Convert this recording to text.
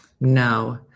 No